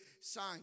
sign